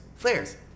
Flares